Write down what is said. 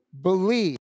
believe